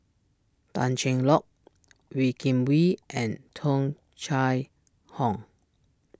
Tan Cheng Lock Wee Kim Wee and Tung Chye Hong